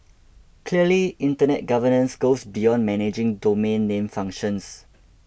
clearly Internet governance goes beyond managing domain name functions